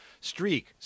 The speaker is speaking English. streak